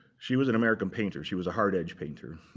she was an american painter. she was a hard-age painter,